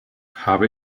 habe